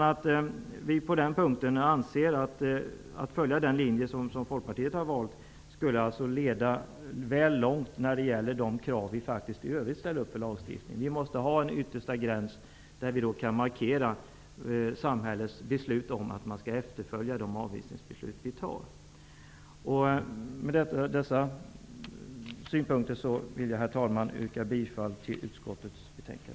Utskottet anser på den punkten att den linje som Folkpartiet har valt skulle leda väl långt när det gäller de krav vi i övrigt ställer på lagstiftningen. Det måste finnas en yttersta gräns där det går att markera att samhällets beslut skall efterföljas. Herr talman! Med dessa synpunkter vill jag yrka bifall till utskottets hemställan.